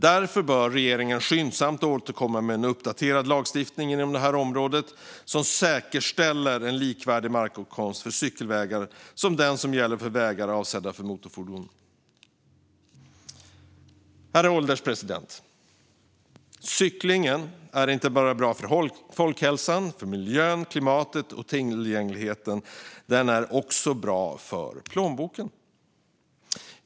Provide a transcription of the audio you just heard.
Därför bör regeringen skyndsamt återkomma med en uppdaterad lagstiftning inom det här området som säkerställer en markåtkomst för cykelvägar som är likvärdig den som gäller för vägar avsedda för motorfordon. Herr ålderspresident! Cyklingen är inte bara bra för folkhälsan, miljön, klimatet och tillgängligheten - den är också bra för plånboken.